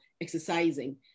exercising